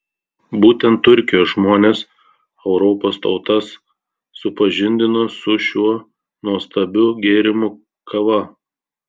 būtent turkijos žmonės europos tautas supažindino su šiuo nuostabiu gėrimu kava